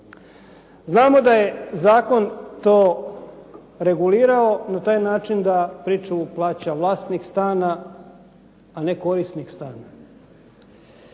Znamo da je zakon to regulirao na taj način da pričuvu plaća vlasnik stana, a ne korisnik stana.